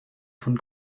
von